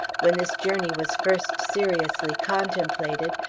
when this journey was first seriously contemplated,